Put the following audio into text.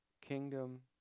Kingdom